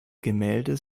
gemälde